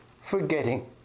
forgetting